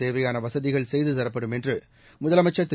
தேவையான வசதிகள் செய்து தரப்படும் என்று முதலமைச்சர் திரு